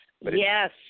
Yes